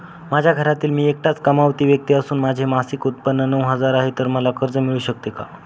माझ्या घरातील मी एकटाच कमावती व्यक्ती असून माझे मासिक उत्त्पन्न नऊ हजार आहे, तर मला कर्ज मिळू शकते का?